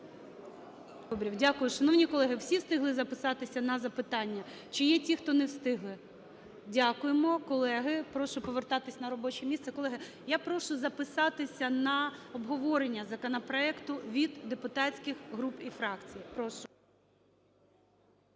дякую. Шановні колеги, всі встигли записатися на запитання? Чи є ті, хто не встигли? Дякуємо, колеги. Прошу повертатись на робоче місце. Колеги, я прошу записатися на обговорення законопроекту від депутатських груп і фракцій. Прошу.